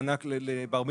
מענק לבר מצווה,